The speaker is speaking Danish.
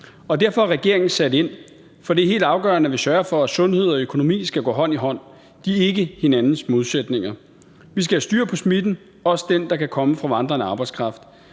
arbejdskraft. Regeringen har sat ind, for det er helt afgørende, at vi sørger for, at sundhed og økonomi skal gå hånd i hånd. De er ikke hinandens modsætninger. Vi skal have styr på smitten, også den, der kan komme fra vandrende arbejdskraft.